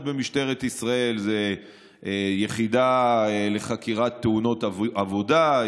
במשטרת ישראל: יחידה לחקירת תאונות עבודה,